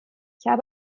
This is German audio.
habe